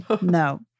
no